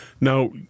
Now